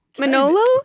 Manolo